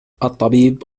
الطبيب